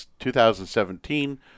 2017